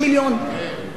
זה מה שזה עלה.